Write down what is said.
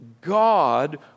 God